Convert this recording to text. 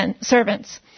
servants